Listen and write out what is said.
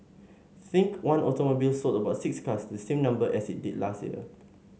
think One Automobile sold about six cars the same number as it did last year